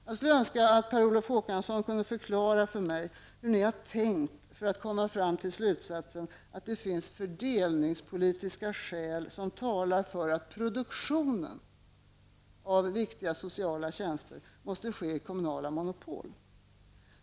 Jag skulle önska att Per Olof Håkansson kunde förklara för mig hur ni har tänkt för att komma fram till slutsatsen att det finns fördelningspolitiska skäl som talar för att produktionen av viktiga sociala tjänster måste ske i kommunala monopol.